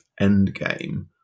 Endgame